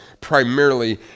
primarily